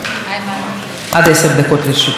עד עשר דקות לרשותך, בבקשה.